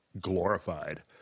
glorified